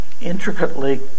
intricately